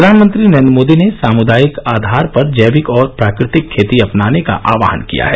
प्रधानमंत्री नरेन्द्र मोदी ने सामुदायिक आधार पर जैविक और प्राकृतिक खेती अपनाने का आह्वान किया है